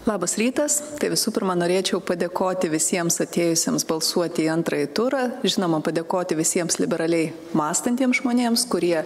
labas rytas tai visų pirma norėčiau padėkoti visiems atėjusiems balsuoti į antrąjį turą žinoma padėkoti visiems liberaliai mąstantiems žmonėms kurie